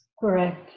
Correct